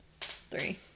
Three